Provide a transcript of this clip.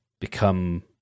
Become